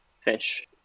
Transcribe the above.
fish